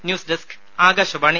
news desk Akashvani